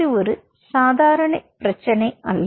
இது ஒரு சாதாரண பிரச்சனை அல்ல